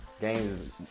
Games